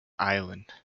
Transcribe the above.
island